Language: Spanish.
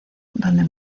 donde